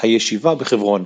הישיבה בחברון